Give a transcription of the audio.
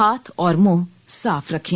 हाथ और मुंह साफ रखें